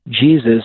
jesus